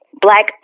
black